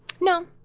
No